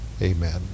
amen